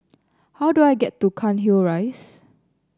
how do I get to Cairnhill Rise